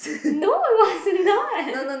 no I was not